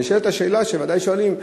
נשאלת השאלה, ודאי שואלים: